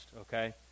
okay